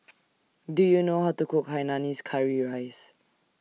Do YOU know How to Cook Hainanese Curry Rice